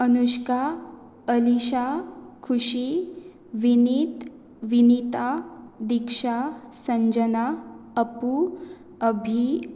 अनुश्का अलिशा खुशी विनीत विनिता दिक्षा संजना अपू अभी